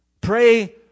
Pray